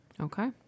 Okay